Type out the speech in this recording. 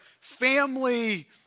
family